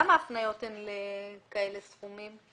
למה ההפניות הן לסכומים כאלה?